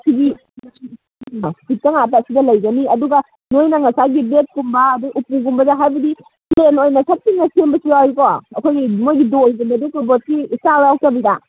ꯑꯁꯤꯗꯤ ꯇꯤꯛꯇ ꯉꯥꯛꯇ ꯑꯁꯤꯗ ꯂꯩꯒꯅꯤ ꯑꯗꯨꯒ ꯅꯣꯏꯅ ꯉꯁꯥꯏꯒꯤ ꯕꯦꯠꯀꯨꯝꯕ ꯑꯗꯨ ꯎꯄꯨꯒꯨꯝꯕꯗ ꯍꯥꯏꯕꯗꯤ ꯄ꯭ꯂꯦꯟ ꯑꯣꯏꯅ ꯆꯞ ꯇꯤꯡꯅ ꯁꯦꯝꯕꯁꯨ ꯌꯥꯎꯋꯤꯀꯣ ꯑꯩꯈꯣꯏꯒꯤ ꯅꯣꯏꯒꯤ ꯄꯨꯕꯒꯤ ꯏꯁꯇꯥꯏꯜ ꯌꯥꯎꯗꯕꯤꯗ